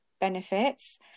benefits